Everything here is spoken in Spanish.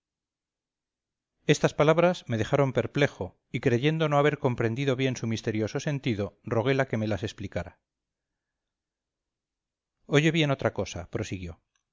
estas palabras me dejaron perplejo y creyendo no haber comprendido bien su misterioso sentido roguela que me las explicara oye bien otra cosa prosiguió